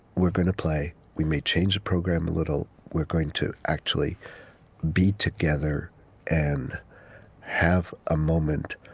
we're going to play. we may change the program a little. we're going to actually be together and have a moment,